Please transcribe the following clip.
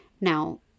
Now